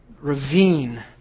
ravine